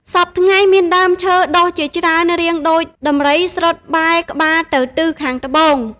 សព្វថ្ងៃ មានដើមឈើដុះជាច្រើនរាងដូចដំរីស្រុតបែរក្បាលទៅទិសខាងត្បូង ។